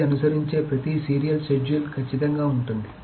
ఇది అనుసరించే ప్రతి సీరియల్ షెడ్యూల్ ఖచ్చితంగా ఉంటుంది